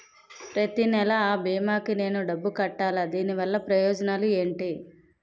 ప్రతినెల అ భీమా కి నేను డబ్బు కట్టాలా? దీనివల్ల ప్రయోజనాలు ఎంటి?